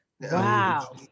Wow